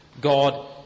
God